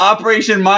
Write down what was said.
Operation